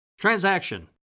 transaction